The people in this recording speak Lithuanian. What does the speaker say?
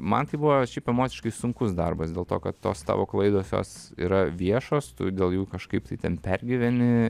man tai buvo šiaip emociškai sunkus darbas dėl to kad tos tavo klaidos jos yra viešos tu dėl jų kažkaip tai ten pergyveni